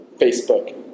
Facebook